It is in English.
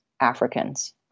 Africans